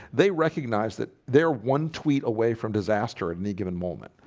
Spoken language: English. they recognize that there one tweet away from disaster at any given moment,